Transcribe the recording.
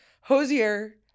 Hosier